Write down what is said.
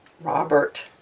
Robert